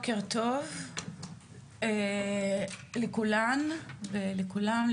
בוקר טוב לכולן ולכולם,